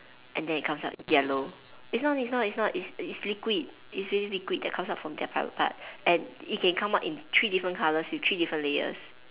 and then it comes out yellow it's not it's not it's not it's it's liquid it's really liquid that comes out from their private part and it can come out in three different colours with three different layers